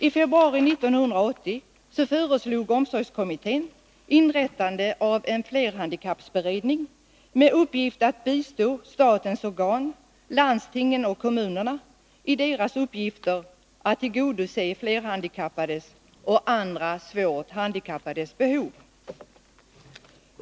I februari 1980 föreslog omsorgskommittén inrättandet av en flerhandikappsberedning med uppgift att bistå statens organ, landstingen och kommunerna i deras uppgifter att tillgodose flerhandikappades och andra svårt handikappades behov.